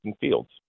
Fields